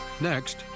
Next